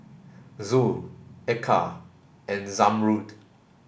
Zul Eka and Zamrud